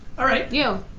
alright. you.